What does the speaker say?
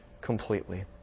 completely